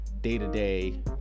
day-to-day